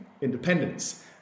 independence